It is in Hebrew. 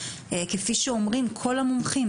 כפי שאומרים כל המומחים,